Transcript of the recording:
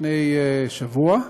לפני שבוע.